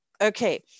okay